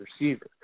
receiver